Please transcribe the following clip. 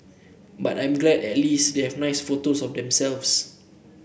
but I'm glad that at least they have nice photos of themselves